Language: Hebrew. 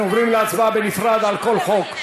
אנחנו עוברים להצבעה בנפרד על כל חוק.